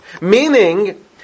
Meaning